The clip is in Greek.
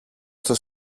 στο